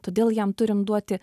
todėl jam turim duoti